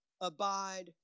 abide